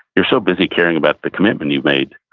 you're so busy caring about the commitment you've made,